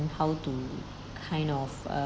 how to kind of uh